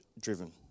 driven